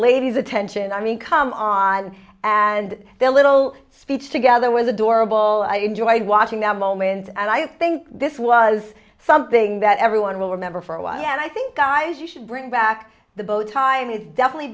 ladies attention i mean come on and their little speech together was adorable i enjoyed watching that moment and i think this was something that everyone will remember for a while and i think guys you should bring back the bow tie and is definitely